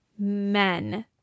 men